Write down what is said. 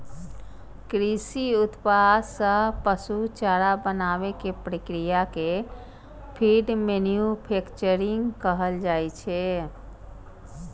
कृषि उत्पाद सं पशु चारा बनाबै के प्रक्रिया कें फीड मैन्यूफैक्चरिंग कहल जाइ छै